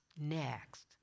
next